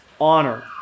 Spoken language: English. honor